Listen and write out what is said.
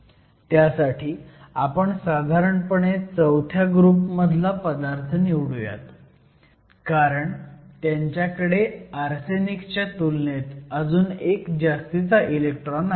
त्यासाठी आपण साधारणपणे चौथ्या ग्रुप मधला पदार्थ निवडुयात कारण त्यांच्याकडे आर्सेनिकच्या तुलनेत अजून एक जास्तीचा इलेक्ट्रॉन आहे